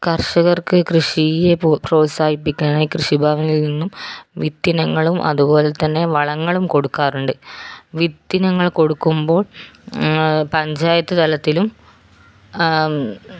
കർഷകർക്ക് കൃഷിയെ പ്രോ പ്രോത്സാഹിപ്പിക്കാനായി കൃഷിഭവനിൽ നിന്നും വിത്തിനങ്ങളും അതുപോലെതന്നെ വളങ്ങളും കൊടുക്കാറുണ്ട് വിത്തിനങ്ങൾ കൊടുക്കുമ്പോൾ പഞ്ചായത്ത് തലത്തിലും